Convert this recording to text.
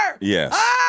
Yes